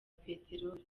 peteroli